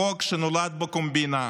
החוק נולד בקומבינה,